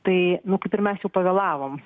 tai nu kaip ir mes jau pavėlavom